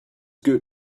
good